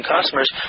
customers